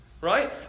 right